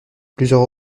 plusieurs